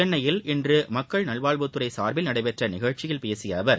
சென்னையில் இன்று மக்கள் நல்வாழ்வுத்துறை சார்பில் நடைபெற்ற நிகழ்ச்சியில் பேசிய அவர்